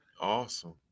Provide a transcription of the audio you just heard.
awesome